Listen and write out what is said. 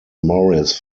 morris